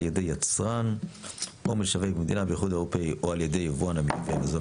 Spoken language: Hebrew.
ידי יצרן או משווק במדינה באיחוד האירופי או על ידי יבואן המייבא מזון